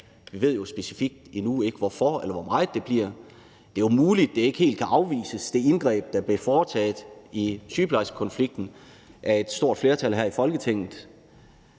Vi ved jo endnu ikke specifikt, hvorfor eller hvor meget det bliver. Det er muligt, at det ikke helt kan afvises, at det indgreb, der blev foretaget i sygeplejerskekonflikten af et stort flertal her i Folketinget,